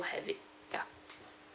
have it ya